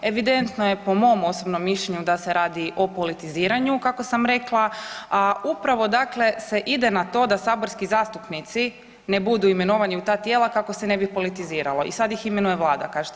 Evidentno je po mom osobnom mišljenju da se radi o politiziranju kako sam rekla, a upravo dakle se ide na to da saborski zastupnici ne budu imenovani u ta tijela kako se ne bi politiziralo i sad ih imenuje Vlada kažete.